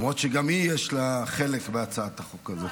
למרות שגם לה יש חלק בהצעת החוק הזו.